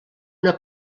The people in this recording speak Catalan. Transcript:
una